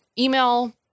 Email